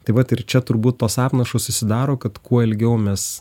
taip vat ir čia turbūt tos apnašos susidaro kad kuo ilgiau mes